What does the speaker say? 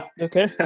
Okay